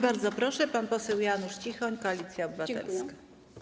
Bardzo proszę, pan poseł Janusz Cichoń, Koalicja Obywatelska.